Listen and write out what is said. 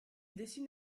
dessine